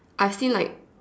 I feel like